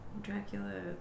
Dracula